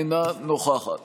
אינה נוכחת